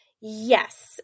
Yes